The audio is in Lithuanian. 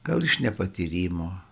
gal iš nepatyrimo